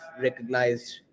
recognized